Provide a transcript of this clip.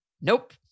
nope